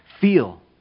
feel